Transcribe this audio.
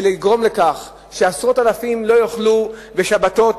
ולגרום לכך שעשרות אלפים לא יוכלו בשבתות